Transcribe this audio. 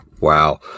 wow